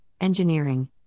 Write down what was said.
engineering